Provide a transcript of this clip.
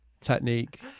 technique